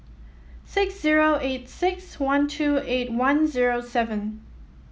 six zero eight six one two eight one zero seven